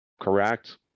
Correct